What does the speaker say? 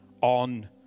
on